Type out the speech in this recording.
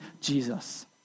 Jesus